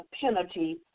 penalty